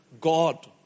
God